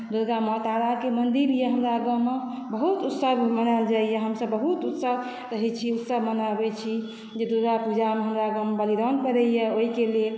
दुर्गा माँ ताराके मन्दिर अइ हमरा गाँवमे बहुत उत्सव मनायल जाइए हमसभ बहुत उत्सव रहैत छी उत्सव मनाबैत छी जे दुर्गापूजामे हमरा गाँवमे बलिदान पड़ैत अछि ओहिके लेल